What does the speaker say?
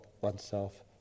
oneself